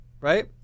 right